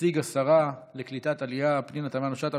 תציג השרה לקליטת עלייה פנינה תמנו שטה,